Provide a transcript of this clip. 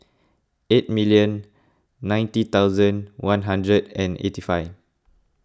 eight million ninety thousand one hundred and eighty five